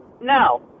no